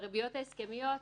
בריביות ההסכמיות,